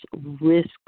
risk